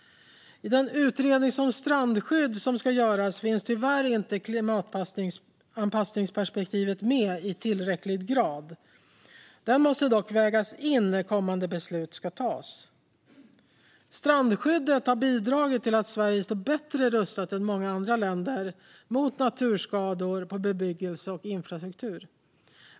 I den utredning om strandskydd som ska göras finns klimatanpassningsperspektivet tyvärr inte med i tillräcklig grad. Det måste dock vägas in när kommande beslut ska tas. Strandskyddet har bidragit till att Sverige står bättre rustat än många andra länder mot naturskador på bebyggelse och infrastruktur.